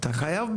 אתה חייב,